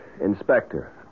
Inspector